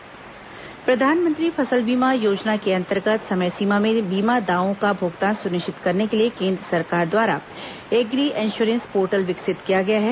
फसल बीमा योजना प्रधानमंत्री फसल बीमा योजना के अंतर्गत समय सीमा में बीमा दावों का भुगतान सुनिश्चित करने के लिए केंद्र सरकार द्वारा एग्री इंश्योरेंस पोर्टल विकसित किया गया है